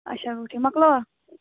اَچھا وُنکٮ۪ن مۅکلووا